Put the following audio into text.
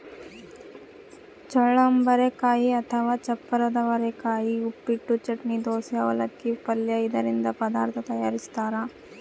ಚಳ್ಳಂಬರೆಕಾಯಿ ಅಥವಾ ಚಪ್ಪರದವರೆಕಾಯಿ ಉಪ್ಪಿಟ್ಟು, ಚಟ್ನಿ, ದೋಸೆ, ಅವಲಕ್ಕಿ, ಪಲ್ಯ ಇದರಿಂದ ಪದಾರ್ಥ ತಯಾರಿಸ್ತಾರ